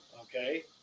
okay